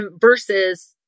versus